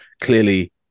clearly